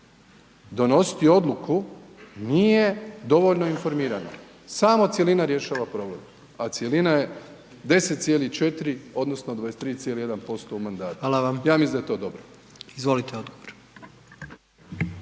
donositi odluku nije dovoljno informirano, samo cjelina rješava problem a cjelina je 10,4 odnosno 23,1% u mandatu. Ja mislim da je to dobro. **Jandroković,